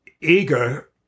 eager